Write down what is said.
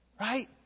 Right